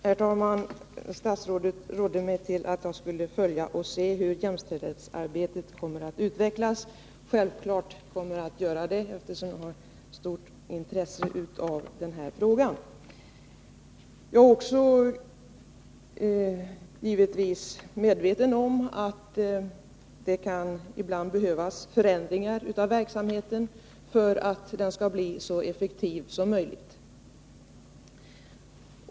Herr talman! Statsrådet råder mig att följa utvecklingen när det gäller jämställdhetsarbetet. Självfallet kommer jag att göra det, eftersom jag har stort intresse för den här frågan. Givetvis är jag medveten om att det ibland kan behövas förändringar av verksamheten för att denna skall bli så effektiv som möjligt.